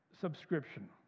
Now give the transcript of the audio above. subscription